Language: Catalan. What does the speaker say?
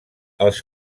els